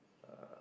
uh